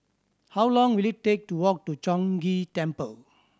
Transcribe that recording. how long will it take to walk to Chong Ghee Temple